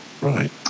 Right